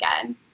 again